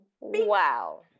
Wow